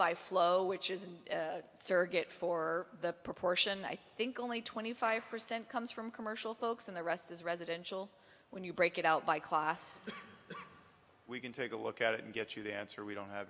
by flow which is a surrogate for the proportion i think only twenty five percent comes from commercial folks and the rest is residential when you break it out by class we can take a look at it and get you the answer we don't have